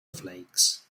flakes